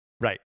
right